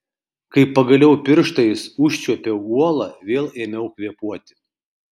kai pagaliau pirštais užčiuopiau uolą vėl ėmiau kvėpuoti